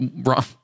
Wrong